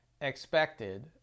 expected